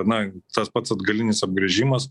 na tas pats atgalinis apgręžimas